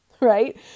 right